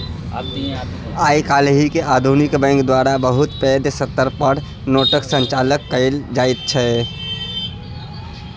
आइ काल्हि आधुनिक बैंक द्वारा बहुत पैघ स्तर पर नोटक संचालन कएल जाइत छै